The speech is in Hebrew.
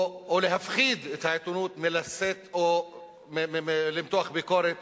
או להפחיד את העיתונות מלשאת או מלמתוח ביקורת